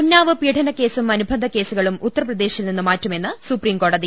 ഉന്നാവ് പീഡനക്കേസും അനുബന്ധക്കേസുകളും ഉത്തർപ്ര ദേശിൽ നിന്ന് മാറ്റുമെന്ന് സൂപ്രീംകോടതി